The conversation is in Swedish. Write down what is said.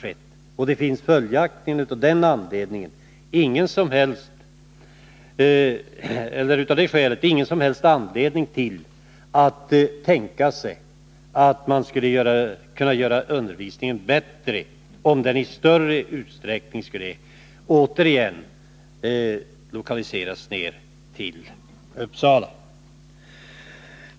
Det finns följaktligen av det skälet ingen anledning tänka sig att man skulle kunna göra undervisningen bättre genom att återigen och i större utsträckning lokalisera ner den till Uppsala.